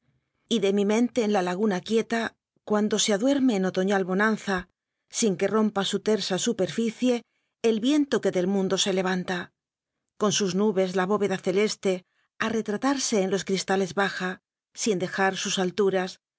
y de mi mente en la laguna quieta cuando se aduerme en otoñal bonanza sin que rompa su tersa superficie el viento que del mundo se levanta con sus nubes la bóveda celeste á retratarse en los cristales baja sin dejar sus alturas